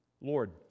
Lord